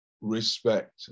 respect